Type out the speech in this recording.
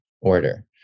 order